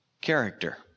character